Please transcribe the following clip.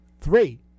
Three